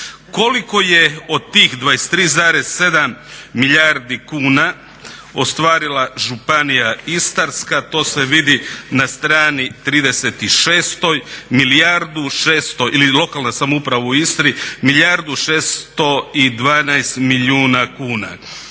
Koliko je od tih 23,7 milijardi kuna ostvarila Županija Istarska to se vidi na strani 36, milijardu 600 ili lokalna